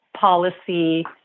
policy